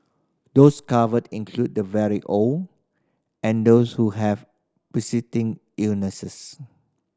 those covered include the very old and those who have illnesses